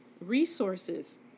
resources